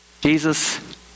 Jesus